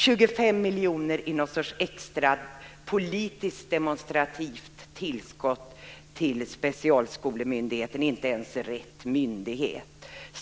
25 miljoner kronor i någon sorts extra politiskt demonstrativt tillskott till Specialskolemyndigheten - ja, det är inte ens rätt myndighet.